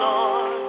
Lord